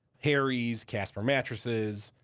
harry's, casper mattresses,